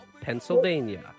Pennsylvania